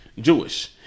Jewish